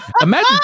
Imagine